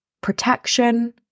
protection